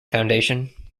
foundation